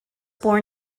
born